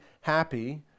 happy